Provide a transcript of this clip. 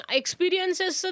experiences